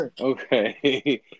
Okay